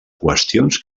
qüestions